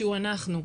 שהוא אנחנו,